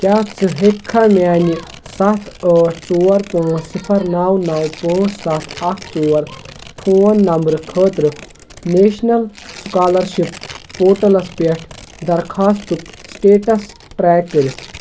کیٛاہ ژٕ ہیٚکِکھا میٛانہِ سَتھ ٲٹھ ژور پٲنٛژ صِفر نَو نَو پٲنٛژ سَتھ اکھ ژور فون نمبرٕ خٲطرٕ نیشنل سُکالرشِپ پورٹلس پٮ۪ٹھ درخواستُک سِٹیٹس ٹرٛیک کٔرِتھ